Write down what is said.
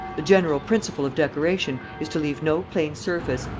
the general principle of decoration is to leave no plain surface,